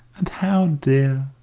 and how dear!